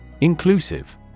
Inclusive